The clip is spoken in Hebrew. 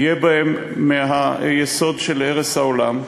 יהיה בהן מהיסוד של הרס העולם.